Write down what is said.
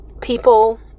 people